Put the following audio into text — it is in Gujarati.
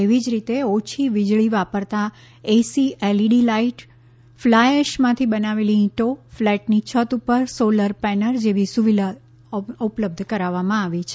એવી જ રીતે ઓછી વીજળી વાપરતા એસી એલઈડી લાઈટ ફ્લાય એશમાંથી બનાવેલી ઈંટો ફ્લેટની છત ઉપર સોલર પેનલ જેવી સુવિધાઓ ઉપલબ્ધ કરાવવામાં આવી છે